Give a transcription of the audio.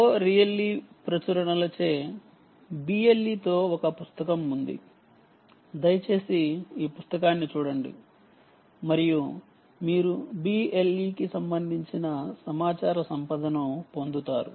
O Reilly ప్రచురణలచే BLE తో ప్రారంభించడం అనే ఒక పుస్తకం ఉంది దయచేసి ఈ పుస్తకాన్ని చూడండి మరియు మీరు BLE కి సంబంధించిన సమాచార సంపదను పొందుతారు